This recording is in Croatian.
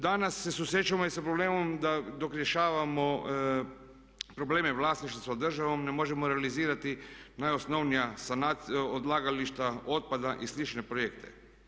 Danas se susrećemo i sa problemom da dok rješavamo probleme vlasništva sa državom ne možemo realizirati najosnovnija odlagališta otpada i slične projekte.